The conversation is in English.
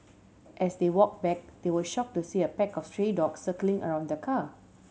as they walked back they were shocked to see a pack of stray dogs circling around the car